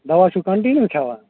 دوا چھُو کَنٹِنیوٗ کھٮ۪وان